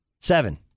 Seven